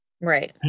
Right